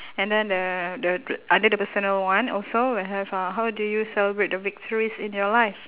and then uh the under the personal one also we have uh how do you celebrate the victories in your life